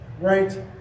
right